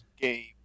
game